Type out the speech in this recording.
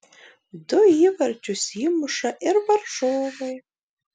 du įvarčius įmuša ir varžovai